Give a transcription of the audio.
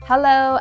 Hello